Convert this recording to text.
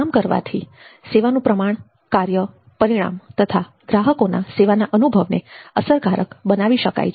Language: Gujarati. આમ કરવાથી સેવાનું પ્રમાણ કાર્ય પરિણામ તથા ગ્રાહકોના સેવાના અનુભવને અસરકારક બનાવી શકાય છે